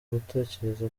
gutekereza